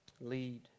lead